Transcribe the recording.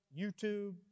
YouTube